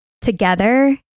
together